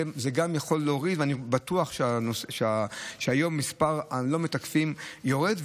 אני בטוח שהיום מספר הלא-מתקפים יורד,